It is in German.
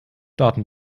daten